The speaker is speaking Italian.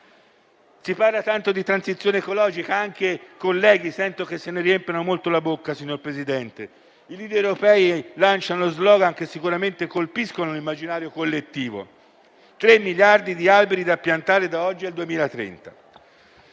Si parla tanto di transizione ecologica. Sento che i colleghi se ne riempiono molto la bocca, signor Presidente. I *leader* europei lanciano *slogan* che sicuramente colpiscono l'immaginario collettivo: 3 miliardi di alberi da piantare da oggi al 2030.